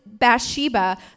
Bathsheba